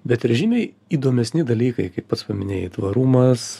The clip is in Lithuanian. bet ir žymiai įdomesni dalykai kaip pats paminėjai tvarumas